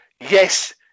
Yes